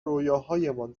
رویاهایمان